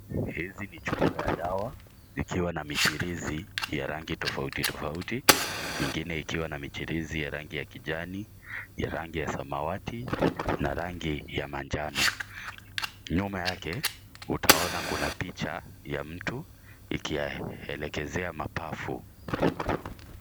Hizi ni chupa ya dawa ikiwa na michirizi ya rango tofautofauti, ingine ikiwa na michirizi ya rangi ya kijani, ya rangi ya samawati na rangi ya manjano. Nyuma yake utaona kuna picha ya mtu ikielekezea mapafu.